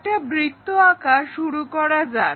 একটা বৃত্ত আঁকা শুরু করা যাক